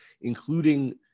including